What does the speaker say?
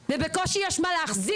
בממשלה של רבין מהנעשה?